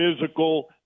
physical